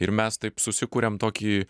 ir mes taip susikuriam tokį